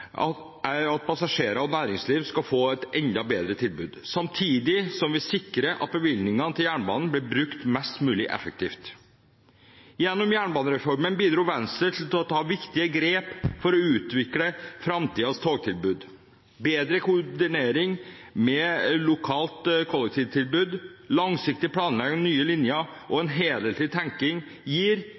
er at passasjerer og næringsliv skal få et enda bedre tilbud, samtidig som vi sikrer at bevilgningene til jernbanen blir brukt mest mulig effektivt. Gjennom jernbanereformen bidro Venstre til å ta viktige grep for å utvikle framtidens togtilbud. Bedre koordinering, mer lokalt kollektivtilbud, langsiktig planlegging av nye linjer og en helhetlig tenking gir